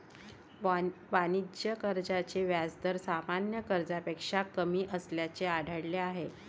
वाणिज्य कर्जाचे व्याज दर सामान्य कर्जापेक्षा कमी असल्याचे आढळले आहे